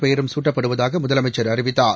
பெயரும் சூட்டப்படுவதாக முதலமைச்சர் அறிவித்தார்